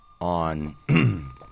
on